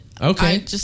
Okay